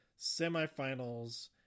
semifinals